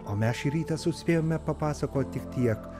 o mes šį rytą suspėjome papasakot tik tiek